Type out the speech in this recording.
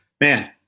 man